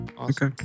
okay